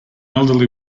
elderly